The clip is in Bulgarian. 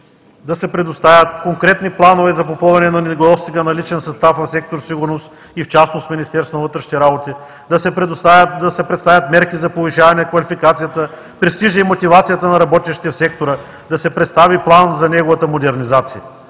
да се предоставят конкретни планове за попълване на недостига на личен състав в сектор „Сигурност“ и в частност Министерство на вътрешните работи; да се представят мерки за повишаване квалификацията, престижа и мотивацията на работещия в сектора; да се представи план за неговата модернизация